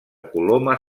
coloma